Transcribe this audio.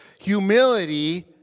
Humility